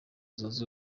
zunze